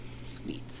Sweet